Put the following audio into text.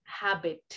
habit